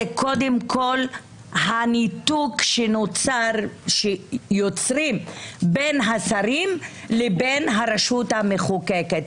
קודם כול הניתוק שיוצרים בין השרים לבין הרשות המחוקקת,